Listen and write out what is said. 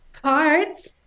parts